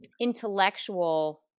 intellectual